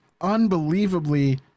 unbelievably